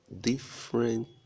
different